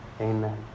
Amen